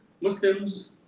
Muslims